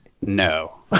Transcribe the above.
No